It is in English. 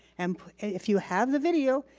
and if you have the video,